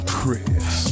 Chris